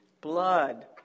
blood